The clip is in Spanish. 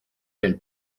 del